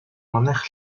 манайх